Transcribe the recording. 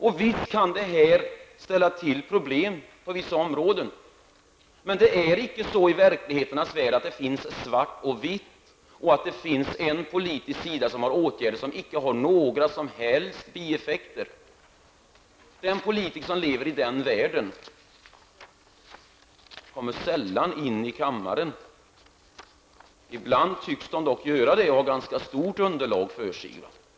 Det här kan säkerligen ställa till problem på vissa områden, men i det verkliga livet finns det inte enbart svart och vitt. Det finns inte heller någon politisk sida som förordar åtgärder som inte har några som helst bieffekter. De politiker som lever i en sådan värld kommer sällan in i kammaren. Ibland tycks de dock göra det, och då kan de utgöra ett ganska stort underlag.